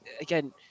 again